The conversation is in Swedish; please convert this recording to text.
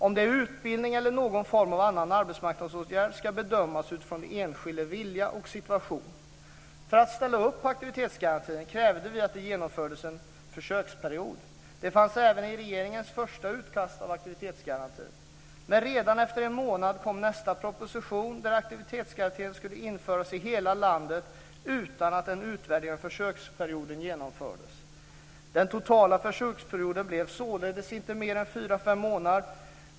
Om det är utbildning eller någon form av annan arbetsmarknadsåtgärd ska bedömas utifrån den enskildes vilja och situation. För att ställa upp på aktivitetsgarantin krävde vi att det genomfördes en försöksperiod. Detta fanns även i regeringens första utkast till aktivitetsgarantin. Men redan efter en månad kom nästa proposition, där aktivitetsgarantin skulle införas i hela landet utan att en utvärdering av försöksperioden genomfördes. Den totala försöksperioden blev således inte mer än fyra fem månader.